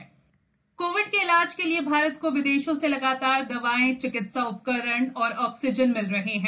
विदेश सहायता कोविड के इलाज़ के लिए भारत को विदेशों से लगातार दवाएंए चिकित्सा उपकरण और ऑक्सीजन मिल रहे हैं